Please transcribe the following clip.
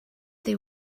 they